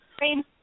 rain